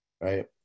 right